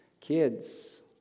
Kids